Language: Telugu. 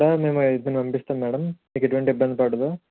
మేము ఇద్దర్ని పంపిస్తాం మ్యాడమ్ మీకు ఎటువంటి ఇబ్బంది పడదు